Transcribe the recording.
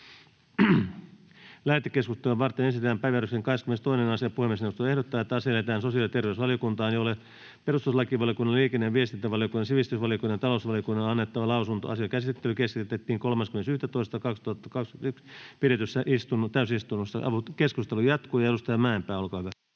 Lähetekeskustelua varten esitellään päiväjärjestyksen 22. asia. Puhemiesneuvosto ehdottaa, että asia lähetetään sosiaali- ja terveysvaliokuntaan, jolle perustuslakivaliokunnan, liikenne- ja viestintävaliokunnan, sivistysvaliokunnan ja talousvaliokunnan on annettava lausunto. Asian käsittely keskeytettiin 30.11.2021 pidetyssä täysistunnossa. — Keskustelu jatkuu. — Edustaja Mäenpää, olkaa hyvä.